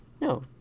No